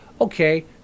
okay